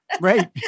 Right